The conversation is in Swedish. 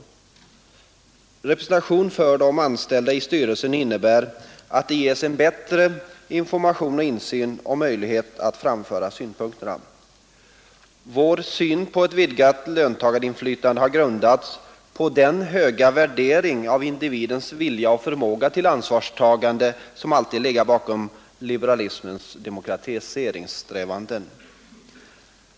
Representation för de anställda i styrelsen innebär att de ges en bättre information och insyn samt möjlighet att framföra synpunkter. Vår syn på ett vidgat löntagarinflytande har grundats på den höga värdering av individens vilja och förmåga till ansvarstagande som alltid har legat bakom liberalismens demokratiseringssträvanden.